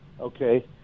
Okay